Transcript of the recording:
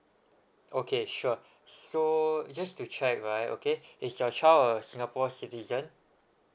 okay sure so just to check right okay is your child a singapore citizen